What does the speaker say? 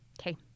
Okay